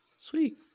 Sweet